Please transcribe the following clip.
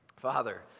Father